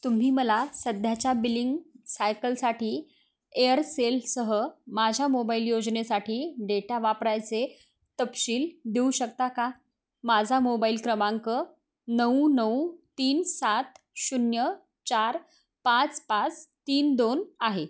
तुम्ही मला सध्याच्या बिलिंग सायकलसाठी एअरसेलसह माझ्या मोबाइल योजनेसाठी डेटा वापरायचे तपशील देऊ शकता का माझा मोबाईल क्रमांक नऊ नऊ तीन सात शून्य चार पाच पास तीन दोन आहे